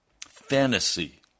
fantasy